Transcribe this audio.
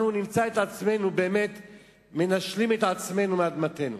נמצא את עצמנו מנשלים את עצמנו מאדמתנו.